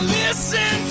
listen